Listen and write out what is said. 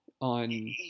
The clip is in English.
on